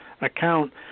account